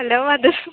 hello वद